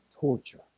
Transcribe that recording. torture